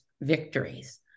victories